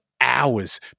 hours